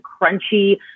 crunchy